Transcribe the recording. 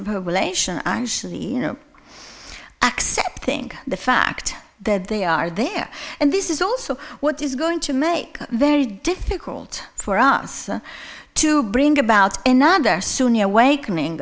relation actually you know accepting the fact that they are there and this is also what is going to make very difficult for us to bring about another sunni awakening